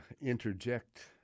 interject